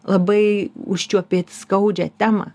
labai užčiuopėt skaudžią temą